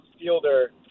fielder